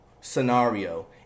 scenario